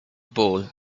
ball